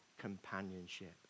companionship